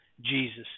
jesus